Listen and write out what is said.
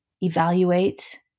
evaluate